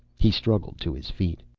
he struggled to his feet.